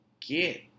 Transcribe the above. get